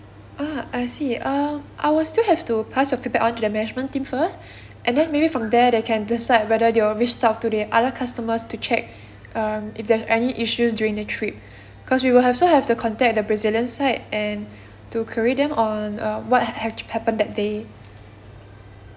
ah I see um I will still have to pass your feedback on to the management team first and then maybe from there they can decide whether they will reached out to the other customers to check um if there's any issues during the trip because we will have so have to contact the brazilian side and to carry them on uh what had happened that day